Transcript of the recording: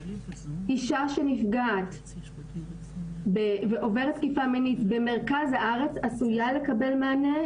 אישה שנפגעת ועוברת תקיפה מינית במרכז הארץ עשויה לקבל מענה.